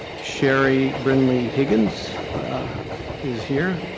sherie brinley higgins is here,